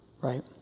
Right